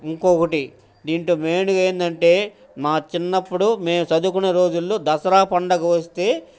ఇంకొకటి దీంట్లో మెయిన్గా ఏంటంటే మా చిన్నప్పుడు మేము చదువుకునే రోజుల్లో దసరా పండగ వస్తే